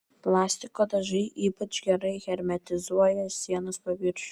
plastiko dažai ypač gerai hermetizuoja sienos paviršių